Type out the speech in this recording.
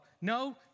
no